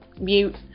mute